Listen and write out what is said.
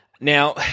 Now